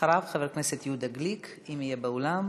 אחריו, חבר הכנסת יהודה גליק, אם יהיה באולם.